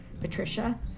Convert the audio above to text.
Patricia